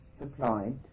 supplied